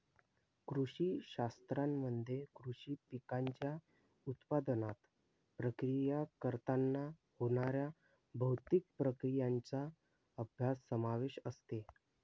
कृषी शास्त्रामध्ये कृषी पिकांच्या उत्पादनात, प्रक्रिया करताना होणाऱ्या भौतिक प्रक्रियांचा अभ्यास समावेश असते